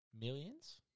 Millions